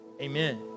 amen